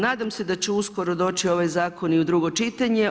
Nadam se da će uskoro doći i ovaj zakon i u drugo čitanje.